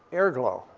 airglow,